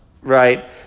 right